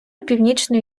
північної